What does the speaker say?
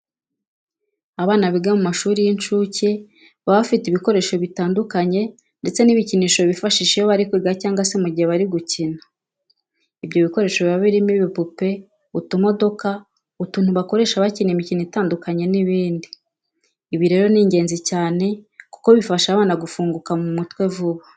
Abana biga mu mashuri y'incuke baba bafite ibikoresho bitandukanye ndetse n'ibikinisho bifashisha iyo bari kwiga cyangwa se mu gihe bari gukina. Ibyo bikoresho biba birimo, ibipupe, utumodoka, utuntu bakoresha bakina imikino itandukanye n'ibindi. Ibi rero ni ingenzi cyane kuko bifasha abana gufunguka mu mutwe vuba.